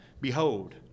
behold